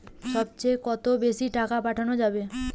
সব চেয়ে কত বেশি টাকা পাঠানো যাবে?